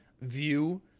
view